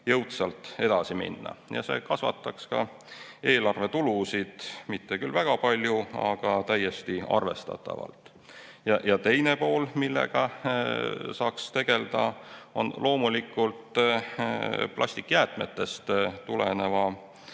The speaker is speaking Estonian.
jõudsalt edasi minna. See kasvataks ka eelarve tulusid, mitte küll väga palju, aga täiesti arvestatavalt. Teine pool, millega saaks tegeleda, on loomulikult plastikjäätmetest tulenev